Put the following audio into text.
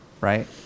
right